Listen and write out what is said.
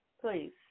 Please